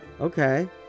okay